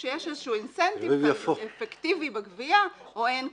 -- שיש איזשהו אינסנטיב אפקטיבי בגבייה או אין כזה.